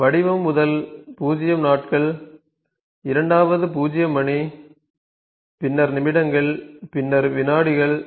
வடிவம் முதல் 0 நாட்கள் இரண்டாவது 0 மணி பின்னர் நிமிடங்கள் பின்னர் விநாடிகள்